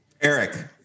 Eric